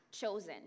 chosen